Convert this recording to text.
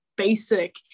basic